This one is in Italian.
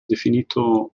definito